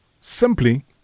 simply